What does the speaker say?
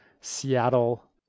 Seattle